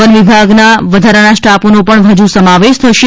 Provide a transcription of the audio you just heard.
વનવિભાગનો વધારાના સ્ટાફનો પણ હજૂ સમાવેશ થશે